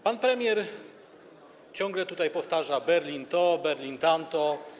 Pan premier ciągle tutaj powtarza: Berlin to, Berlin tamto.